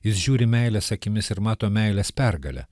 jis žiūri meilės akimis ir mato meilės pergalę